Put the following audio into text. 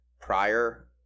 prior